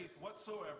whatsoever